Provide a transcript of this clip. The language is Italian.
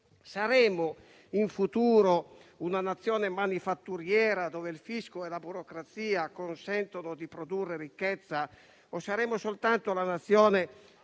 Saremo in futuro una Nazione manifatturiera, dove il fisco e la burocrazia consentono di produrre ricchezza o saremo soltanto la Nazione